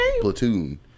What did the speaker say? Platoon